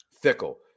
fickle